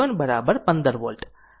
અને v1 15 volt